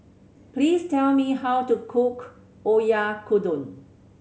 please tell me how to cook Oyakodon